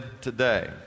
today